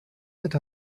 that